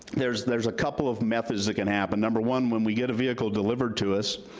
there's there's a couple of methods that can happen. number one, when we get a vehicle delivered to us,